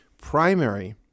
primary